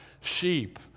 Sheep